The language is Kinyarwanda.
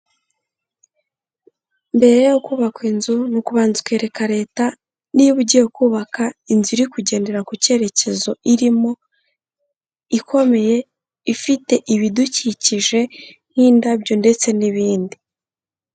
Mbere yo kubaka inzu ni ukubanza ukereka leta niba ugiye kubaka inzu iri kugendera ku cyerekezo irimo, ikomeye ifite ibidukikije nk'indabyo ndetse n'ibindi.